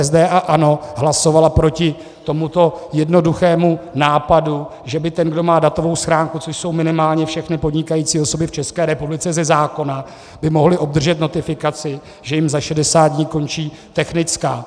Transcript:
ČSSD a ANO hlasovaly proti tomuto jednoduchému nápadu, že by ten, kdo má datovou schránku, což jsou minimálně všechny podnikající osoby v České republice ze zákona, mohl obdržet notifikaci, že jim za 60 dní končí technická.